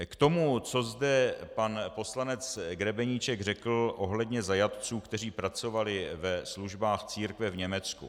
K tomu, co zde pan poslanec Grebeníček řekl ohledně zajatců, kteří pracovali ve službách církve v Německu.